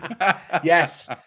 Yes